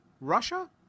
Russia